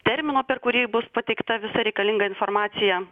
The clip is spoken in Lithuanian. termino per kurį bus pateikta visa reikalinga informacija